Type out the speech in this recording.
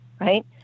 Right